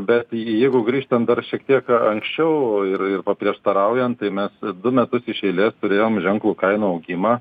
bet jeigu grįžtant dar šiek tiek a anksčiau ir paprieštaraujant tai mes du metus iš eilės turėjom ženklų kainų augimą